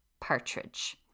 Partridge